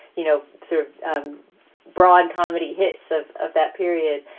you know, sort of um broad comedy hits of of that period.